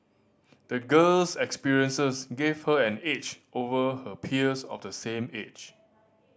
the girl's experiences gave her an edge over her peers of the same age